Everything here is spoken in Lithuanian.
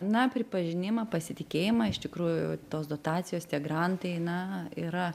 na pripažinimą pasitikėjimą iš tikrųjų tos dotacijos tie grantai na yra